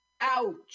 Ouch